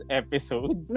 episode